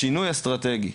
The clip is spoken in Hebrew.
שינוי אסטרטגי.